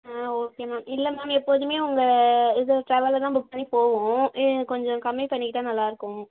ஆ okay ma'am இல்லை ma'am எப்போதுமே உங்கள் இது ட்ராவலில் தான் புக் பண்ணி போவோம் நீங்கள் கொஞ்சம் கம்மி பண்ணிக்கிட்டால் நல்லாயிருக்கும்